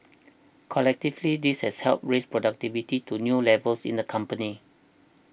collectively this has helped raise productivity to new levels in the company